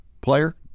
player